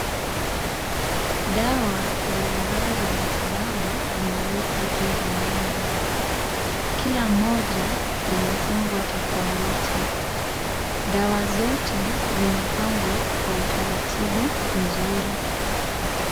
Dawa mbalimbali za matibabu zimewekwa juu ya meza, Kila moja limefungwa tofauti , dawa zote zimepangwa kwa taratibu mzuri.